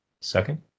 Second